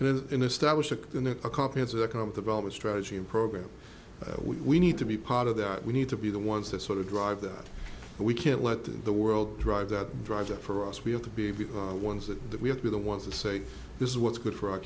and then in establishing in a comprehensive economic development strategy and program we need to be part of that we need to be the ones that sort of drive that we can't let the world drive that drive that for us we have to be of the ones that we have to be the ones to say this is what's good for our